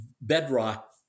bedrock